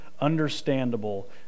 understandable